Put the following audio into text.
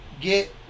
get